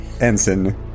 ensign